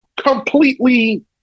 completely